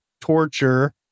torture